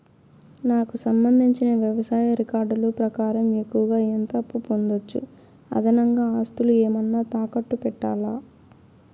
నాకు సంబంధించిన వ్యవసాయ రికార్డులు ప్రకారం ఎక్కువగా ఎంత అప్పు పొందొచ్చు, అదనంగా ఆస్తులు ఏమన్నా తాకట్టు పెట్టాలా?